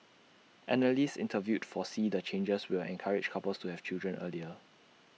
analysts interviewed foresee the changes will encourage couples to have children earlier